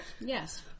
Yes